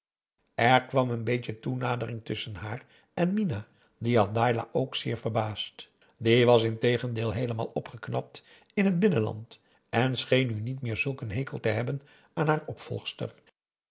er kwam n beetje toenadering tusschen haar en minah die had dailah ook zeer verbaasd die was integendeel heelemaal opgeknapt in het binnenland en scheen nu niet meer zulk een hekel te hebben aan haar opvolgster